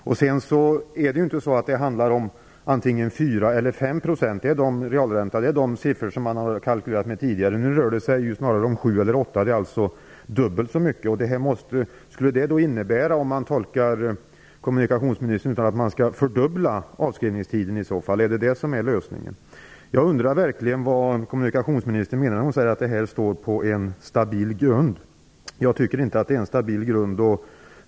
Det handlar inte om antingen 4 eller 5 %, som man har kalkylerat med tidigare, utan det rör sig snarare om 7 eller 8 %, dvs. dubbelt så mycket. Skall vi då tolka kommunikationsministern så att avskrivningstiden skall fördubblas? Är det lösningen? Jag undrar verkligen vad kommunikationsministern menar när hon säger att projektet står på en stabil grund. Jag tycker inte det.